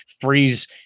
freeze